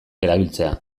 erabiltzea